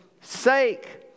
sake